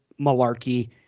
malarkey